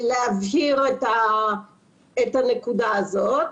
להבהיר את הנקודה הזאת.